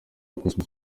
cosmos